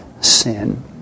sin